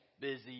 busy